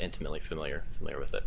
intimately familiar with it